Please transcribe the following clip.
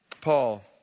Paul